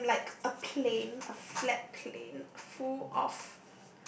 I am like a plane a flat plane full of